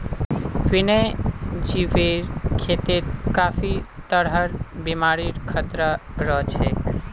वन्यजीवेर खेतत काफी तरहर बीमारिर खतरा रह छेक